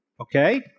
Okay